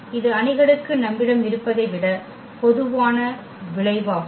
இது அணிகளுக்கு நம்மிடம் இருப்பதை விட பொதுவான விளைவாகும்